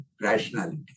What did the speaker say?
rationality